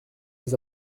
les